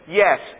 yes